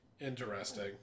Interesting